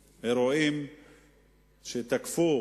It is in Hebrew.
אירועים, שתקף.